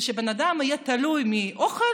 ושבן אדם יהיה תלוי באוכל,